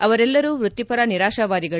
ಅವರೆಲ್ಲರೂ ವೃತ್ತಿಪರ ನಿರಾಶಾವಾದಿಗಳು